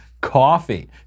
Coffee